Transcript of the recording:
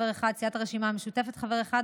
חבר אחד,